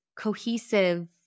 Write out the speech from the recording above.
cohesive